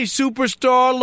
superstar